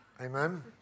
Amen